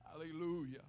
hallelujah